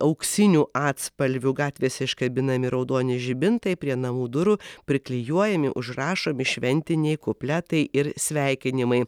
auksinių atspalvių gatvėse iškabinami raudoni žibintai prie namų durų priklijuojami užrašomi šventiniai kupletai ir sveikinimai